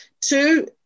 two